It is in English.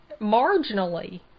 marginally